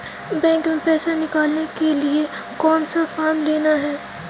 Bank में पैसा निकालने के लिए कौन सा फॉर्म लेना है?